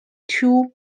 two